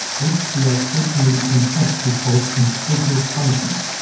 if he has openly confessed his fault and taken his punishment.